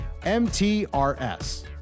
MTRS